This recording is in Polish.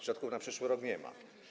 Środków na przyszły rok nie ma.